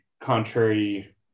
contrary